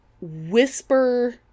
whisper